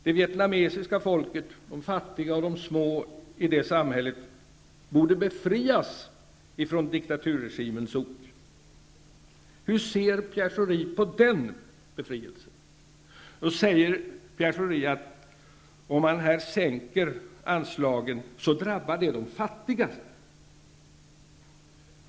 Det vietnamesiska folket -- de fattiga och små i samhället -- borde befrias från diktaturregimens ok. Hur ser Pierre Schori på den befrielsen? Då säger Pierre Schori att om man här sänker anslagen så drabbar det de fattigaste.